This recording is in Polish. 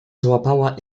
złapała